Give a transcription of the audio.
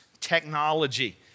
technology